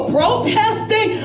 protesting